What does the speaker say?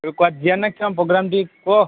ଏବେ କୁଆଡ଼େ ଯିବା ନା ପ୍ରୋଗ୍ରାମ୍ ଟିକେ କୁହ